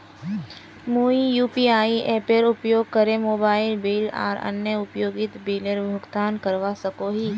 मुई यू.पी.आई एपेर उपयोग करे मोबाइल बिल आर अन्य उपयोगिता बिलेर भुगतान करवा सको ही